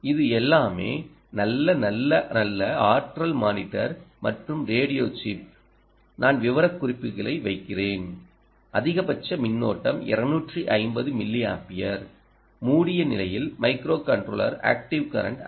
இது எல்லாமே நல்ல நல்ல நல்ல ஆற்றல் மானிட்டர் மற்றும் ரேடியோ சிப் நான் விவரக்குறிப்புகளை வைக்கிறேன் அதிகபட்ச மின்னோட்டம் 250 மில்லியாம்பியர் மூடிய நிலையில் மைக்ரோகண்ட்ரோலர் ஆக்டிவ் கரண்ட் 5